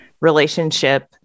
relationship